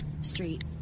street